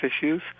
issues